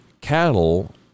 Cattle